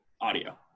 audio